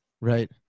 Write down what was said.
right